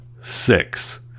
six